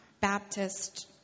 Baptist